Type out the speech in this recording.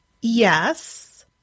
yes